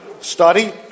study